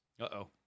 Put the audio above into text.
Uh-oh